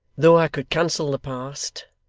though i could cancel the past,